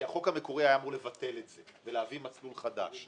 כי החוק המקורי היה אמור לבטל את זה ולהביא מסלול חדש.